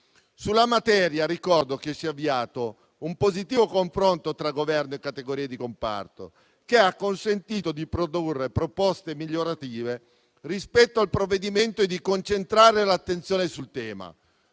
sulla materia si è avviato un positivo confronto tra Governo e categorie di comparto, che ha consentito di produrre proposte migliorative rispetto al provvedimento e di concentrare l'attenzione sul tema.